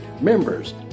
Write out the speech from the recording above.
MEMBERS